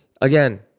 again